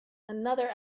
another